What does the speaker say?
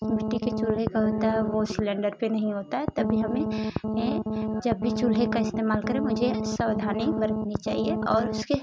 मिट्टी के चूल्हे का होता है वो सिलेंडर पर नहीं होता है तभी हमें जब भी चूल्हे का इस्तेमाल करें मुझे सावधानी बरतनी चाहिए और उसके